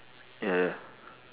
ya ya